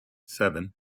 seven